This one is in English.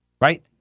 Right